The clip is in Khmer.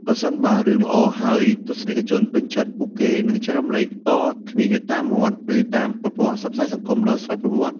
ប្រសិនបើរឿងល្អហើយទស្សនិកជនពេញចិត្ត ពួកគេនឹងចែករំលែកតគ្នាតាមមាត់ ឬតាមប្រព័ន្ធផ្សព្វផ្សាយសង្គមដោយស្វ័យប្រវត្តិ។